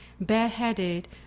bareheaded